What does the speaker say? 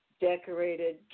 decorated